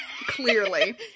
clearly